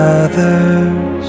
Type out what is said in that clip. others